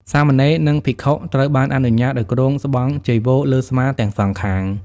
សាមណេរ និងភិក្ខុត្រូវបានអនុញ្ញាតឱ្យគ្រងស្បង់ចីវរលើស្មាទាំងសងខាង។